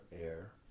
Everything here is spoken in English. air